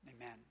Amen